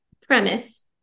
premise